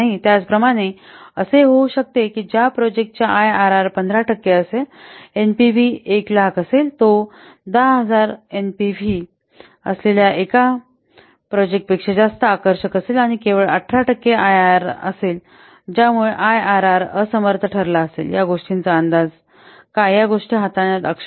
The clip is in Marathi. त्याचप्रमाणे असे होऊ शकते की ज्या प्रोजेक्ट चे आयआरआर 15 टक्के असलेला एनपीव्ही 100000असेल तो 10000 एनपीव्ही असलेल्या एका प्रोजेक्ट पेक्षा जास्त आकर्षक असेल आणि केवळ 18 टक्के आयआरआर असेल ज्यामुळे आयआरआर असमर्थ ठरला असेल या गोष्टीचा अंदाज काय या गोष्टी हाताळण्यात अक्षम आहे